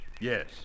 Yes